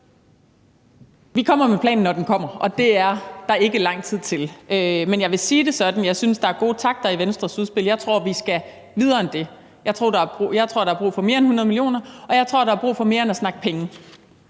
Vi kommer med planen, når vi kommer med den, og det er der ikke lang tid til. Men jeg vil sige det sådan, at jeg synes, der er gode takter i Venstres udspil, men jeg tror, vi skal videre end det. Jeg tror, der er brug for mere end 100 mio. kr., og jeg tror, der er brug for mere end at snakke om penge.